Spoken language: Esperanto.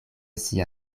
sia